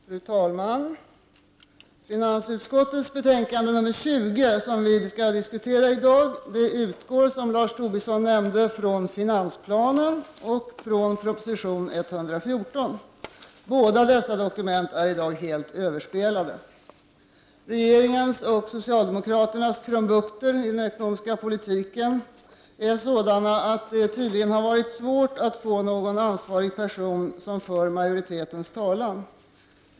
Fru talman! Finansutskottets betänkande nr 20 som vi skall diskutera i dag utgår, som Lars Tobisson nämnde, från finansplanen och från proposition 114. Båda dessa dokument är i dag helt överspelade. Regeringens och socialdemokraternas krumbukter i den ekonomiska politiken är sådana att det tydligen har varit svårt att få någon ansvarig person att föra majoritetens talan.